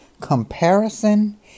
Comparison